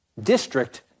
district